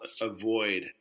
avoid